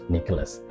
Nicholas